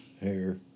Hair